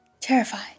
terrified